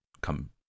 come